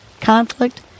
conflict